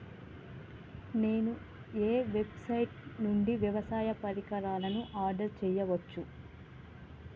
నేను ఏ వెబ్సైట్ నుండి వ్యవసాయ పరికరాలను ఆర్డర్ చేయవచ్చు?